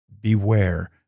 Beware